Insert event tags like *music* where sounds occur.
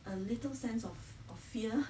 a little sense of of fear *breath*